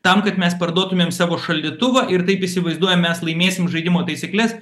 tam kad mes parduotumėm savo šaldytuvą ir taip įsivaizduojam mes laimėsim žaidimo taisykles